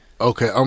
Okay